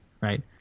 right